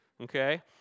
okay